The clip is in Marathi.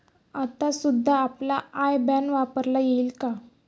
आता सुद्धा आपला आय बॅन वापरता येईल का?